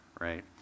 right